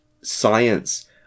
science